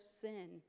sin